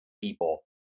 people